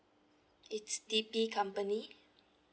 it's D_P company